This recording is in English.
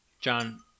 John